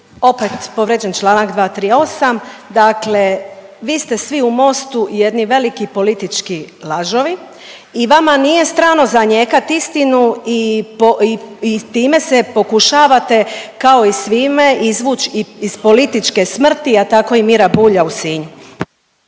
Opet povrijeđen Članak 238., dakle vi ste svi u MOST-u jedni veliki politički lažovi i vama nije strano zanijekat istinu i po… i time se pokušavate kao i svime izvući iz političke smrti, a tako i Mira Bulja u Sinju.